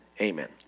Amen